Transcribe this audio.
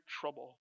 trouble